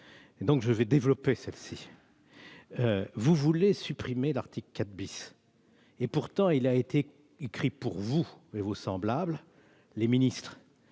; je vais donc développer celle-ci. Vous voulez supprimer l'article 4 ; il a pourtant été écrit pour vous et vos semblables, les ministres